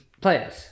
players